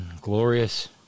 glorious